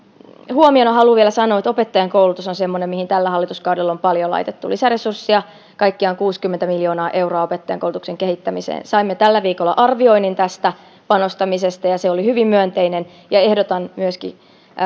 huomiona haluan vielä sanoa että opettajankoulutus on semmoinen mihin tällä hallituskaudella on paljon laitettu lisäresursseja kaikkiaan kuusikymmentä miljoonaa euroa opettajankoulutuksen kehittämiseen saimme tällä viikolla arvioinnin tästä panostamisesta ja se oli hyvin myönteinen ehdotan